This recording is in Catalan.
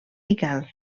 miquel